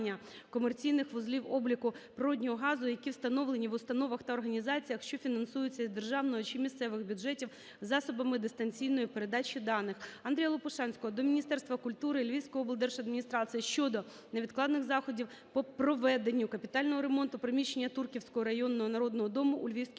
комерційних вузлів обліку природного газу, які встановлені в установах та організаціях, що фінансуються із державного чи місцевих бюджетів, засобами дистанційної передачі даних. Андрія Лопушанського до Міністерства культури України, Львівської облдержадміністрації щодо невідкладних заходів по проведенню капітального ремонту приміщення Турківського районного Народного дому у Львівській області.